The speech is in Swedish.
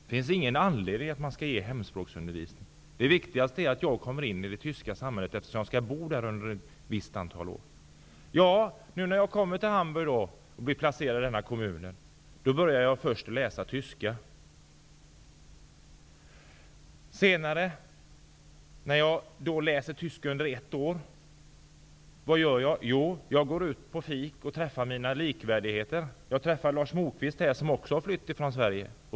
Det finns ingen anledning att man skall ge oss hemspråksundervisning. Det viktigaste är att jag kommer in i det tyska samhället eftersom jag skall bo där ett visst antal år. När jag kommer till Hamburg börjar jag alltså först läsa tyska. Jag läser tyska under ett år, och vad gör jag? Jo, jag går ut på något fik och träffar mina gelikar. -- Jag träffar Lars Moquist, som också har flytt från Sverige.